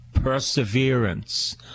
perseverance